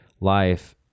life